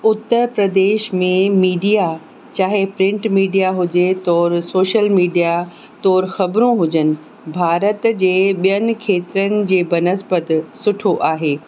उत्तर प्रदेश में मीडिया चाहे print media हुजे तौरि सोशल मीडिया तौरि ख़बरूं हुजनि भारत जे ॿियनि खेत्रनि जे बनस्पत सुठो आहे